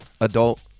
Adult